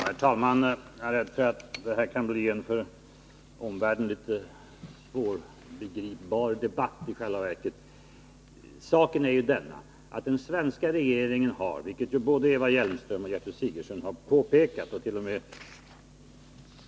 Herr talman! Jag är rädd för att detta kan bli en för omvärlden litet svårbegriplig debatt. Saken är ju den, att vi inom den svenska regeringen — vilket ju både Eva Hjelmström och Gertrud Sigurdsen har påpekat och t. o .m.